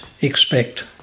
expect